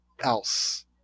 else